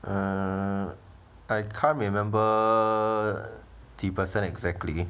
uh I can't remember the percent exactly